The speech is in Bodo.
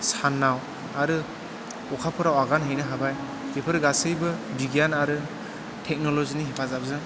सानाव आरो अखाफोराव आगान हैनो हाबाय बेफोर गासैबो बिगियान आरो टेक्नलजिनि हेफाजाबजों